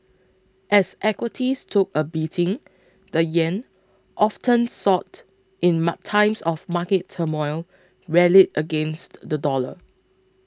as equities took a beating the yen often sought in mart times of market turmoil rallied against the dollar